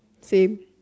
same